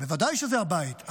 בוודאי שזה הבית.